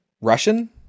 Russian